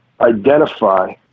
identify